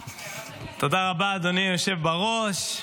תודה רבה, אדוני היושב בראש.